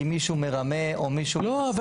מישהו מרמה או מישהו מנסה לעבוד --- לא,